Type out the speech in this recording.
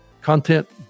content